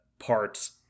parts